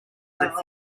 lined